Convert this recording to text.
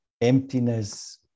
emptiness